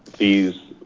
these,